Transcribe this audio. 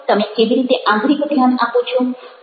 તમે કેવી રીતે આંતરિક ધ્યાન આપો છો